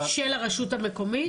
של הרשות המקומית?